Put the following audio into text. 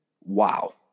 Wow